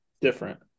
different